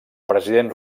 president